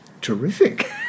terrific